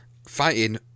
fighting